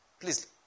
Please